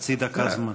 חצי דקה זמן.